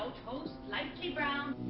toast, lightly browned.